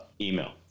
email